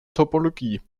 topologie